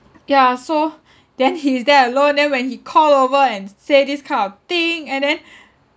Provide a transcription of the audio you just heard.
yeah so then he is there alone then when he call over and s~ say this kind of thing and then